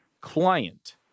client